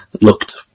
looked